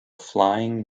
flying